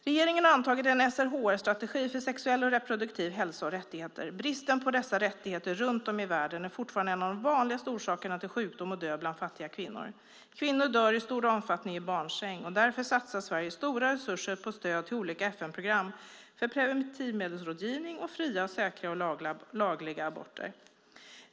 Regeringen har antagit en SRHR-strategi för sexuell och reproduktiv hälsa och rättigheter. Bristen på dessa rättigheter runt om i världen är fortfarande en av de vanligaste orsakerna till sjukdom och död bland fattiga kvinnor. Kvinnor dör i stor omfattning i barnsäng. Därför satsar Sverige stora resurser på stöd till olika FN-program för preventivmedelsrådgivning och fria, säkra och lagliga aborter.